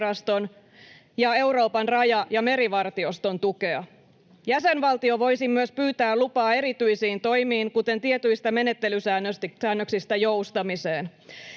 ja Euroopan raja- ja merivartioston tukea. Jäsenvaltio voisi myös pyytää lupaa erityisiin toimiin, kuten tietyistä menettelysäännöksistä joustamiseen.